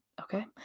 Okay